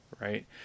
Right